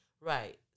Right